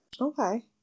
Okay